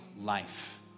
Life